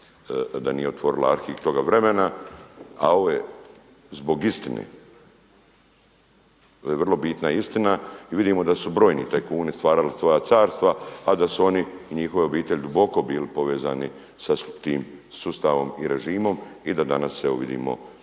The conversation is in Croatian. da nije otvorila arhiv toga vremena. A ovo je zbog istine. To je vrlo bitna istina. I vidimo da su brojni tajkuni stvarali svoja carstva, a da su oni i njihove obitelji duboko bili povezani sa tim sustavom i režimom i da danas evo vidimo i